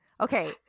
Okay